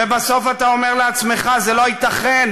ובסוף אתה אומר לעצמך: זה לא ייתכן.